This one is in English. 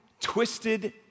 twisted